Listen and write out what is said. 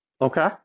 Okay